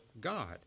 God